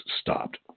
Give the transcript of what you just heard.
stopped